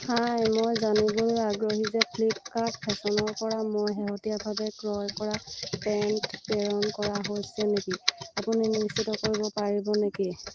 হাই মই জানিবলৈ আগ্ৰহী যে ফ্লিপকাৰ্ট ফেশ্বনৰ পৰা মই শেহতীয়াভাৱে ক্ৰয় কৰা পেণ্ট প্ৰেৰণ কৰা হৈছে নেকি আপুনি নিশ্চিত কৰিব পাৰিব নেকি